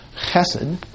chesed